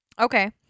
Okay